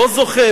לא זוכה,